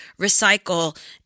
recycle